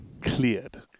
cleared